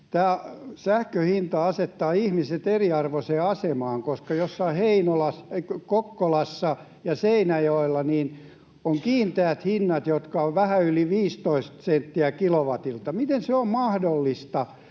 ja sähkön hinta asettaa ihmiset eriarvoiseen asemaan, koska jossain Kokkolassa ja Seinäjoella on kiinteät hinnat, jotka ovat vähän yli 15 senttiä kilowatilta. Miten se on mahdollista,